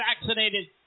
vaccinated